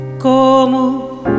Como